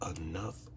enough